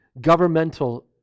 governmental